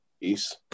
Peace